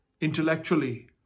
intellectually